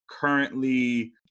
currently